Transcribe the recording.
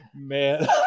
Man